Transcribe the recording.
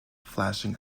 flashing